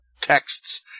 texts